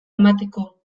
emateko